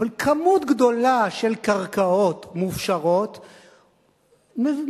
אבל כמות גדולה של קרקעות מופשרות מוזילות,